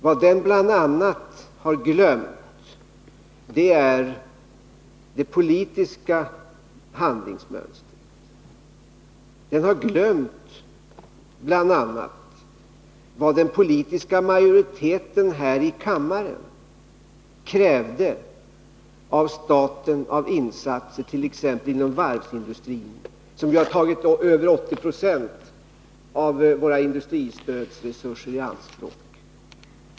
Vad utredningen bl.a. har glömt är det politiska handlingsmönstret. Den har t.ex. glömt vad den politiska majoriteten här i kammaren krävde av staten i form av insatser inom varvsindustrin, vilka ju har tagit över 80 90 av våra industristödsresurser i anspråk.